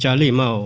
ah lima,